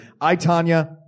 Itanya